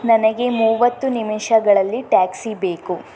ನನಗೆ ಮೂವತ್ತು ನಿಮಿಷಗಳಲ್ಲಿ ಟ್ಯಾಕ್ಸಿ ಬೇಕು